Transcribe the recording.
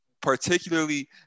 particularly